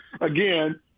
again